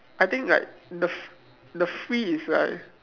I think like the f~ the free is like